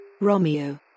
Romeo